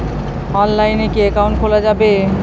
অনলাইনে কি অ্যাকাউন্ট খোলা যাবে?